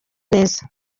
neza